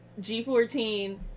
G14